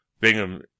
Bingham